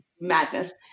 madness